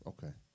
Okay